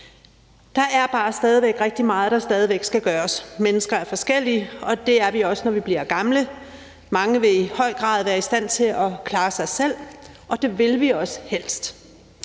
Der er bare stadig væk rigtig meget, der skal gøres. Mennesker er forskellige, og det er vi også, når vi bliver gamle. Mange vil i høj grad være i stand til at klare sig selv, og det vil vi også helst.